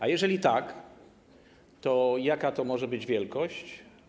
A jeżeli tak, to jaka to może być wielkość?